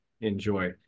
enjoy